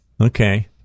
Okay